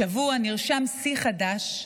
השבוע נרשם שיא חדש,